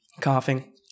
coughing